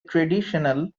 traditional